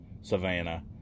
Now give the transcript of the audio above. savannah